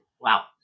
wow